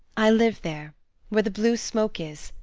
i live there where the blue smoke is,